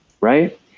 right